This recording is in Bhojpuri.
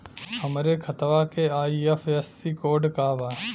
हमरे खतवा के आई.एफ.एस.सी कोड का बा?